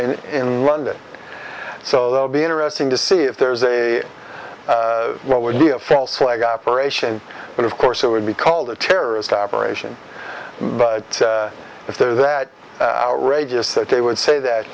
and in london so they'll be interesting to see if there's a what would be a false flag operation but of course it would be called a terrorist operation but if they're that rages that they would say that